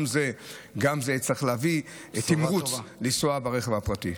גם זה צריך להביא תמרוץ לא לנסוע ברכב הפרטי.